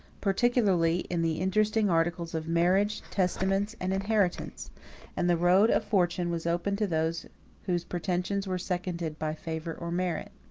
particularly in the interesting articles of marriage, testaments, and inheritances and the road of fortune was open to those whose pretensions were seconded by favor or merit.